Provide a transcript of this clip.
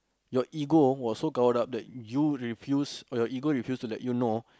your ego was so caught up that you refuse or your ego refuse to let you know